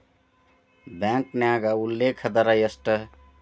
ಬ್ಯಾಂಕ್ನ್ಯಾಗ ಉಲ್ಲೇಖ ದರ ಎಷ್ಟ